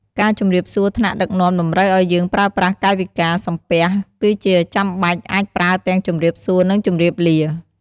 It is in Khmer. ការជម្រាបសួរថ្នាក់ដឹកនាំតម្រូវឱ្យយើងប្រើប្រាស់កាយវិការ សំពះ គឺជាចាំបាច់អាចប្រើទាំងជម្រាបសួរនិងជម្រាបលា។